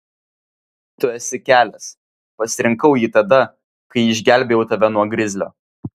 tu esi kelias pasirinkau jį tada kai išgelbėjau tave nuo grizlio